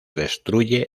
destruye